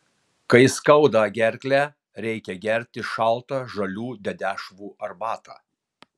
kai skauda gerklę reikia gerti šaltą žalių dedešvų arbatą